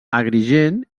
agrigent